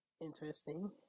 interesting